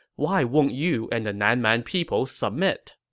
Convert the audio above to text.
why won't you and the nan man people submit?